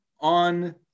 on